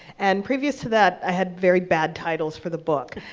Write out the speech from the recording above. and previous to that, i had very bad titles for the book.